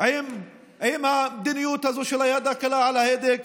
עם המדיניות הזאת של היד הקלה על ההדק